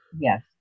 Yes